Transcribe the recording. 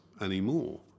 anymore